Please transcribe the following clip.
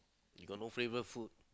you got no flavour food